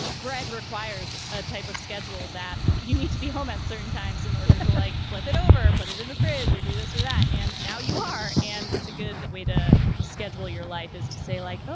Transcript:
bread requires a type of schedule that you need to be home at certain times in order to like flip it over, put it in the fridge or do this or that. and now you are and it's a good way to schedule your life is to say like, ah